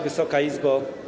Wysoka Izbo!